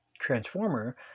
transformer